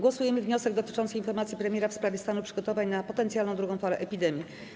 Głosujemy nad wnioskiem dotyczącym informacji premiera w sprawie stanu przygotowań na potencjalną drugą falę epidemii.